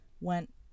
went